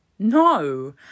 No